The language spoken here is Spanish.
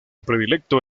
predilecto